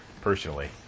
personally